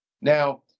Now